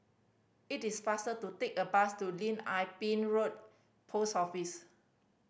it is faster to take a bus to Lim Ah Pin Road Post Office